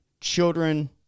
children